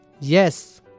Yes